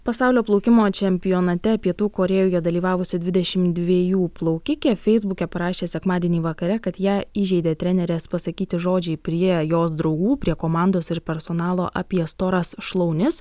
pasaulio plaukimo čempionate pietų korėjoje dalyvavusi dvidešim dviejų plaukikė feisbuke parašė sekmadienį vakare kad ją įžeidė trenerės pasakyti žodžiai prie jos draugų prie komandos ir personalo apie storas šlaunis